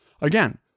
Again